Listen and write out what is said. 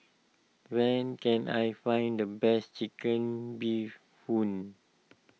when can I find the best Chicken Bee Hoon